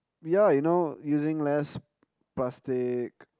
yeah you know using less plastic